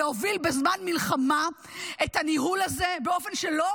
להוביל בזמן מלחמה את הניהול הזה באופן שלא